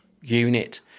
unit